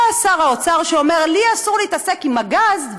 בא שר האוצר שאומר: לי אסור להתעסק עם הגז,